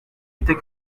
était